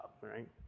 right